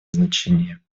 значение